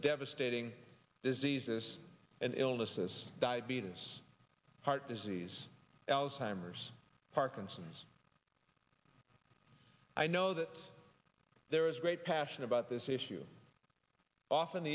devastating diseases and illnesses diabetes heart disease alzheimer's parkinson's i know that there is great passion about this issue often